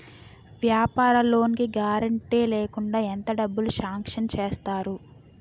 వ్యాపార లోన్ కి గారంటే లేకుండా ఎంత డబ్బులు సాంక్షన్ చేస్తారు?